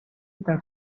the